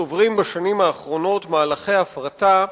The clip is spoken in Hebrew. עוברים בשנים האחרונות מהלכי הפרטה,